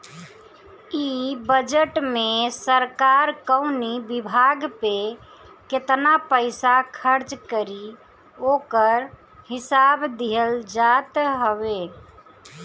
इ बजट में सरकार कवनी विभाग पे केतना पईसा खर्च करी ओकर हिसाब दिहल जात हवे